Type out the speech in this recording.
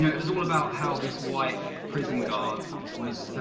it was all about how this white prison guard was,